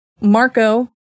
Marco